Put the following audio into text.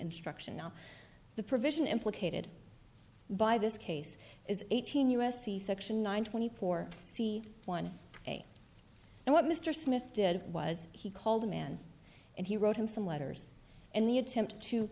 instruction now the provision implicated by this case is eighteen u s c section nine twenty four one and what mr smith did was he called a man and he wrote him some letters and the attempt to